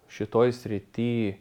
šitoj srity